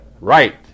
Right